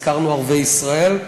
הזכרנו ערביי ישראל,